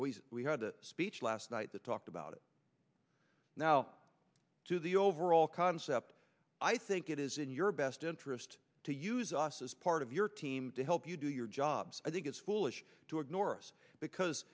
ways we had a speech last night that talked about it now to the overall concept i think it is in your best interest to use us as part of your team to help you do your jobs i think is foolish to ignore us because